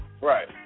Right